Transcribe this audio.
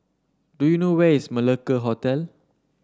do you know where is Malacca Hotel